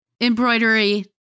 embroidery